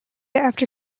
after